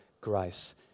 grace